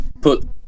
put